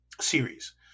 series